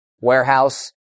warehouse